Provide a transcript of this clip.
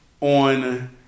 on